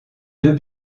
deux